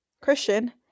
Christian